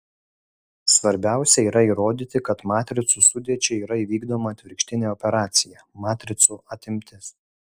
svarbiausia yra įrodyti kad matricų sudėčiai yra įvykdoma atvirkštinė operacija matricų atimtis